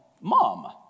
mom